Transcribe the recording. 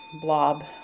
blob